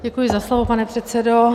Děkuji za slovo, pane předsedo.